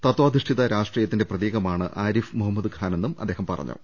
തതാധി ഷ്ഠിത രാഷ്ട്രീയത്തിന്റെ പ്രതീകമാണ് ആരിഫ് മുഹമ്മദ് ഖാനെന്നും അദ്ദേഹം പറഞ്ഞു